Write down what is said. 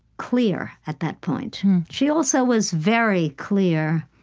clear at that point she also was very clear